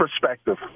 perspective